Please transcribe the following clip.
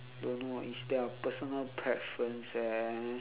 don't know it's their personal preference